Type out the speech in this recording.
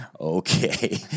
okay